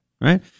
Right